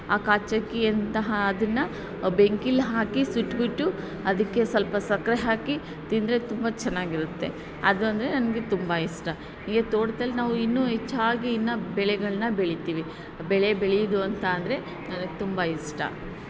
ಆ ಕಾಚಕ್ಕಿ ಅಂತಹ ಅದನ್ನು ಬೆಂಕಿಯಲ್ ಹಾಕಿ ಸುಟ್ಟುಬಿಟ್ಟು ಅದಕ್ಕೆ ಸ್ವಲ್ಪ ಸಕ್ಕರೆ ಹಾಕಿ ತಿಂದರೆ ತುಂಬ ಚೆನ್ನಾಗಿರುತ್ತೆ ಅದು ಅಂದರೆ ನನಗೆ ತುಂಬ ಇಷ್ಟ ಹೀಗೆ ತೋಟದಲ್ಲಿ ನಾವು ಇನ್ನೂ ಹೆಚ್ಚಾಗಿ ಇನ್ನೂ ಬೆಳೆಗಳನ್ನು ಬೆಳಿತೀವಿ ಬೆಳೆ ಬೆಳೆಯೋದು ಅಂತ ಅಂದರೆ ನನಗೆ ತುಂಬ ಇಷ್ಟ